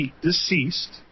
deceased